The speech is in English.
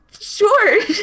Sure